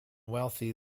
wealthy